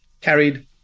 carried